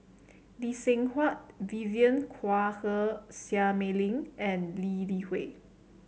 Lee Seng Huat Vivien Quahe Seah Mei Lin and Lee Li Hui